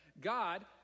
God